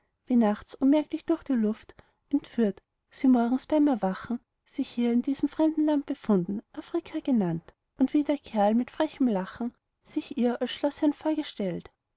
wie nachts unmerklich durch die luft entführt sie morgens beim erwachen sich hier in diesem fremden land befunden afrika genannt und wie der kerl mit frechem lachen sich ihr als schloßherrn vorgestellt